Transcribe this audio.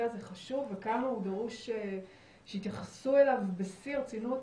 הזה חשוב וכמה דרוש שיתייחסו אליו בשיא הרצינות.